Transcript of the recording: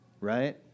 Right